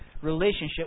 Relationship